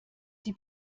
die